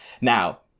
Now